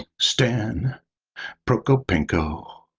stan prokopenko,